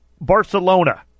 Barcelona